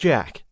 Jack